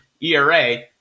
ERA